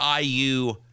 iu